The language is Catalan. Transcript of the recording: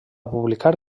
publicar